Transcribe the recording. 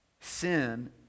Sin